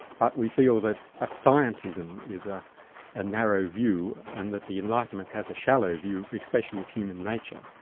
but we feel that a scientism is a and narrow view and that the enlightenment has a shallow view, especially of human nature,